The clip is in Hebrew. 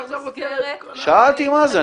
אתה עכשיו רוצה את כל --- שאלתי מה זה,